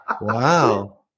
Wow